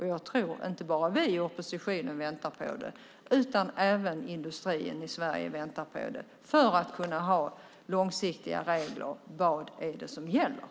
Jag tror att inte bara vi i oppositionen utan även industrin i Sverige väntar på det. Vi ska ha långsiktiga regler för att kunna veta som gäller.